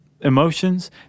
emotions